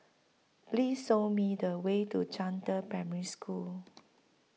Please Show Me The Way to Zhangde Primary School